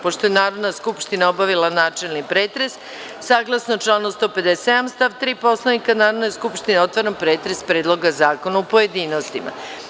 Pošto je Narodna skupština obavila načelni pretres saglasno članu 157. stav 3. Poslovnika Narodne skupštine, otvaram pretres Predloga zakona u pojedinostima.